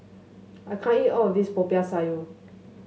I can't eat all of this Popiah Sayur